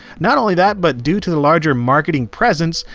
not only that, but due to the larger marketing presence,